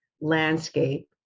landscape